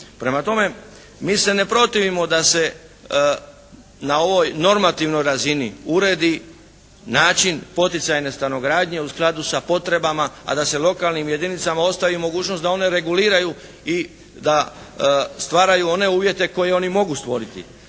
Prema tome, mi se ne protivimo da se na ovoj normativnoj razini uredi način poticajne stanogradnje u skladu sa potrebama, a da se lokalnim jedinicama ostavi mogućnost da one reguliraju i da stvaraju one uvjete koje oni mogu stvoriti,